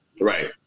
Right